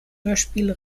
hörspiel